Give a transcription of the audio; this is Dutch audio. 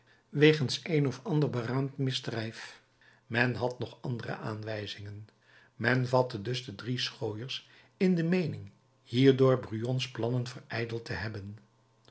wegens een of ander beraamd misdrijf men had nog andere aanwijzingen men vatte dus de drie schooiers in de meening hierdoor brujons plannen verijdeld te hebben